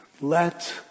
Let